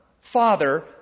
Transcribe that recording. father